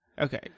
Okay